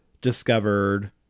discovered